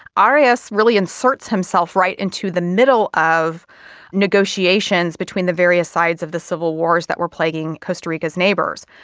arias really inserts himself right into the middle of negotiations between the various sides of the civil wars that were plaguing costa rica's neighbours.